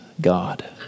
God